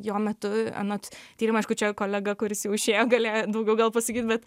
jo metu anot tyrimai aišku čia kolega kuris jau išėjo galė daugiau gal pasakyt bet